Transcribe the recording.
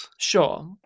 Sure